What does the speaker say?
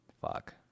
Fuck